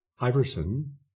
Iverson